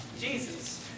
Jesus